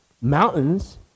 Mountains